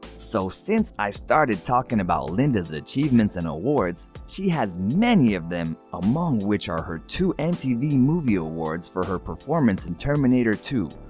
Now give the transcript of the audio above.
so since i started talking about linda's achievements and awards, she has many of them, among which are her two mtv movie awards for her performance in terminator two,